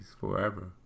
forever